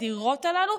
הדירות הללו,